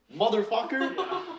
Motherfucker